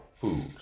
food